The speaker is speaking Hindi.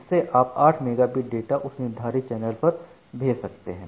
इससे आप 8 मेगा बिग डाटा उस निर्धारित चैनल में भेज सकते हैं